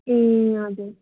ए हजुर